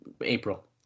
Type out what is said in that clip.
April